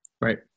Right